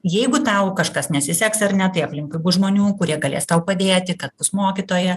jeigu tau kažkas nesiseks ar ne tai aplinkui bus žmonių kurie galės tau padėti kad bus mokytoja